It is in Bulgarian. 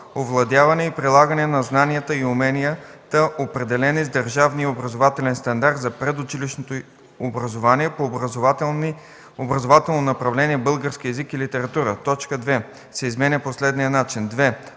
овладяване и прилагане на знанията и уменията, определени с държавния образователен стандарт за предучилищното образование по образователно направление „Български език и литература”; - точка 2 се изменя по следния начин: